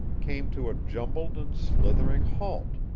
came to a jumbled and slithering halt,